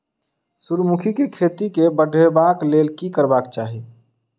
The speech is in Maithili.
सूर्यमुखी केँ खेती केँ बढ़ेबाक लेल की करबाक चाहि?